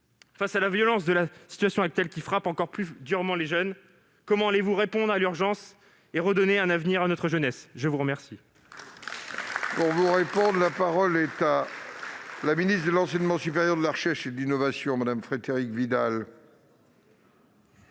Face à la violence de la situation actuelle, qui frappe encore plus durement les jeunes, comment allez-vous répondre à l'urgence et redonner un avenir à notre jeunesse ? La parole